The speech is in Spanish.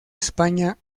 españa